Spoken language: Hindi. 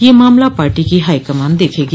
यह मामला पार्टी की हाई कमान देखेगी